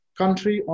country